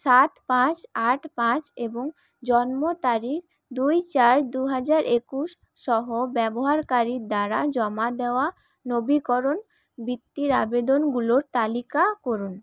সাত পাঁচ আট পাঁচ এবং জন্মতারিখ দুই চার দুহাজার একুশ সহ ব্যবহারকারীর দ্বারা জমা দেওয়া নবীকরণ বৃত্তির আবেদনগুলোর তালিকা করুন